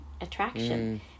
attraction